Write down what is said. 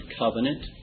covenant